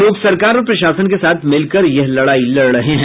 लोग सरकार और प्रशासन के साथ मिलकर यह लड़ाई लड़ रहे हैं